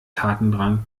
tatendrang